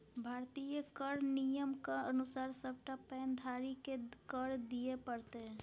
भारतीय कर नियमक अनुसार सभटा पैन धारीकेँ कर दिअ पड़तै